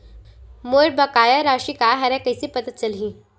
मोर बकाया राशि का हरय कइसे पता चलहि?